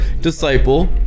disciple